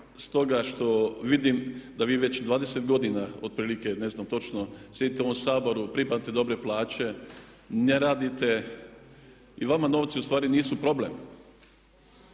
stoga što vidim da vi već 20 godina otprilike, ne znam točno, sjedite u ovom Saboru i primate dobre plaće, ne radite i vama novci ustvari nisu problem.